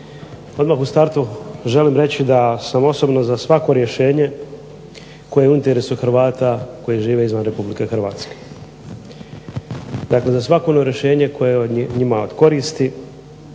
Odmah u startu želim reći da sam osobno za svako rješenje koje je u interesu Hrvata koji žive izvan Republike Hrvatske. Za svako rješenje koje je njima od koristi,